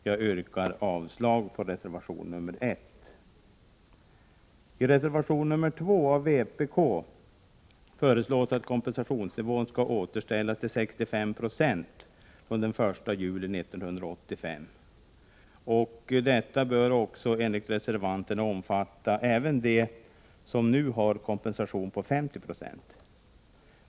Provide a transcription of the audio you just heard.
Jag yrkar avslag på reservation 1. I reservation 2 av vpk föreslås att kompensationsnivån skall återställas till 65 96 från den 1 juli 1985. Detsamma bör enligt reservanterna gälla även för dem som nu har en kompensation på 50 20.